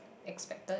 expected